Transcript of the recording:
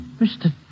Mr